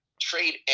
trade